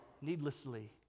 needlessly